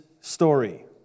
story